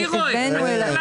אני רואה.